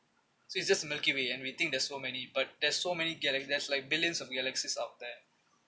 so it's just the milky way and we think there's so many but there's so many gal~ there's like billions of galaxies out there